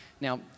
now